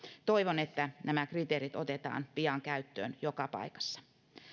toivon että nämä kriteerit otetaan pian käyttöön joka paikassa